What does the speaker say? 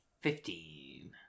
Fifteen